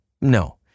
no